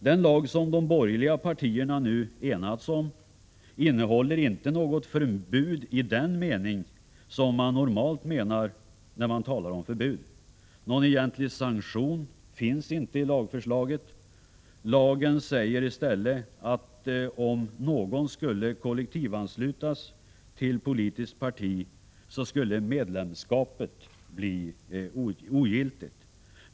Den lag som de borgerliga partierna nu enats om innehåller inte något förbud i den mening som man normalt avser när man talar om förbud. Någon egentlig sanktion finns inte i lagförslaget. Lagen säger i stället, att om någon skulle kollektivanslutas till politiskt parti, skulle medlemskapet bli ogiltigt.